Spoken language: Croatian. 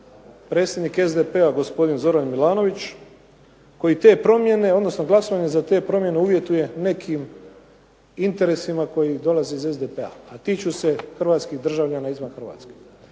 predsjednik SDP-a gospodin Zoran Milanović koji te promjene, odnosno glasovanje za tre promjene uvjetuje nekim interesima koji dolaze iz SDP-a, a tiču se hrvatskih državljana izvan Hrvatske.